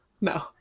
no